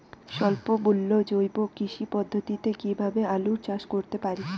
স্বল্প মূল্যে জৈব কৃষি পদ্ধতিতে কীভাবে আলুর চাষ করতে পারি?